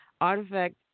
Artifact